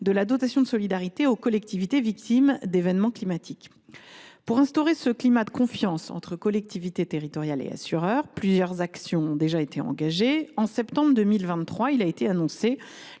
la dotation de solidarité aux collectivités victimes d’événements climatiques. Pour instaurer un climat de confiance entre collectivités territoriales et assureurs, plusieurs actions ont été déjà engagées. En septembre 2023, la conclusion